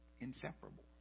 inseparable